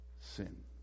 sin